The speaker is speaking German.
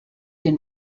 den